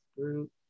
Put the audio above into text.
group